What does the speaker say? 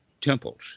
temples